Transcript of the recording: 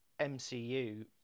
MCU